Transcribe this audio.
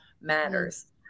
matters